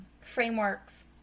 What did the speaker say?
frameworks